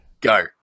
Go